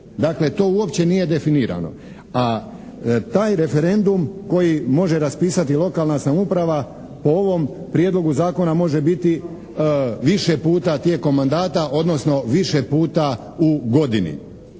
Dakle to uopće nije definirano. A taj referendum koji može raspisati lokalna samouprava po ovom Prijedlogu zakona može biti više puta tijekom mandata odnosno više puta u godini